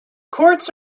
courts